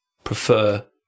Prefer